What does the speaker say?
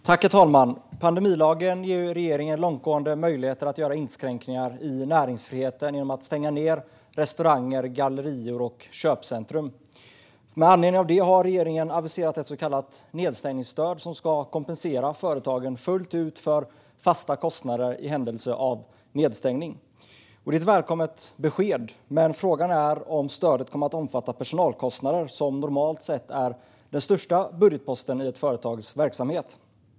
Herr talman! Pandemilagen ger regeringen långtgående möjligheter att göra inskränkningar i näringsfriheten genom att stänga restauranger, gallerior och köpcentrum. Med anledning av det har regeringen aviserat ett så kallat nedstängningsstöd, som ska kompensera företagen fullt ut för fasta kostnader i händelse av nedstängning. Det är ett välkommet besked, men frågan är om stödet kommer att omfatta personalkostnader, som normalt sett är den största budgetposten i ett företags verksamhet.